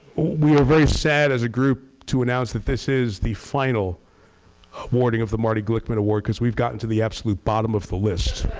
we are very sad as a group to announce that this is the final awarding of the marty glickman award because we've gotten to the absolute bottom of the list.